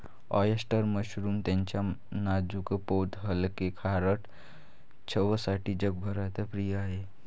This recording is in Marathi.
ऑयस्टर मशरूम त्याच्या नाजूक पोत हलके, खारट चवसाठी जगभरात प्रिय आहे